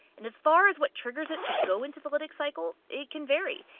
and as far as what triggers it to go into the lytic cycle, it can vary.